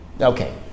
Okay